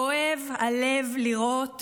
כואב הלב לראות